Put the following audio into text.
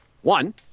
One